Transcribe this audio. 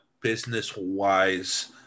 business-wise